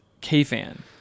k-fan